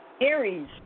Aries